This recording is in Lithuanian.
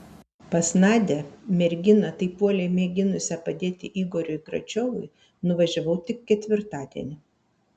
pas nadią merginą taip uoliai mėginusią padėti igoriui gračiovui nuvažiavau tik ketvirtadienį